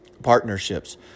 Partnerships